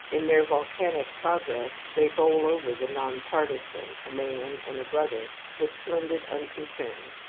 in their volcanic progress they bowl over the non-partisan a man and a brother with splendid unconcern.